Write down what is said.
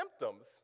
symptoms